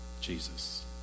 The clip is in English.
Jesus